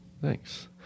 Thanks